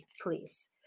please